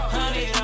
Honey